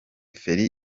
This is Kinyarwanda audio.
feri